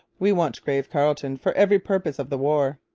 we want grave carleton for every purpose of the war